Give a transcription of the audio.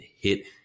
hit